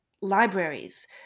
libraries